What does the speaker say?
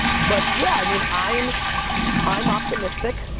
but yeah, i mean, i'm i'm optimistic,